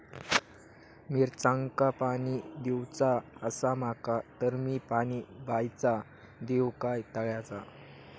मिरचांका पाणी दिवचा आसा माका तर मी पाणी बायचा दिव काय तळ्याचा?